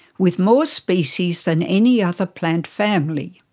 with more species than any other plant family.